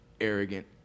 arrogant